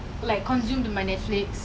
ya I used to bake brownies everytime